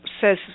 says